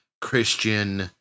Christian